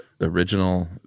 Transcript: original